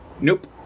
nope